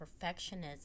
perfectionism